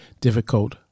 difficult